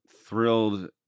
thrilled